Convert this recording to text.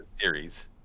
series